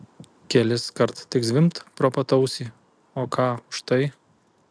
keliskart tik zvimbt pro pat ausį o ką už tai